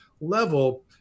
level